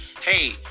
hey